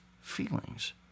feelings